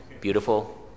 beautiful